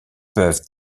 peuvent